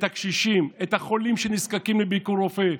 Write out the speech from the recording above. את הקשישים, את החולים שנזקקים לביקור רופא,